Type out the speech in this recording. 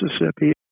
Mississippi